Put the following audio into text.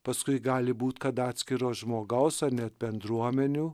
paskui gali būt kad atskiro žmogaus ar net bendruomenių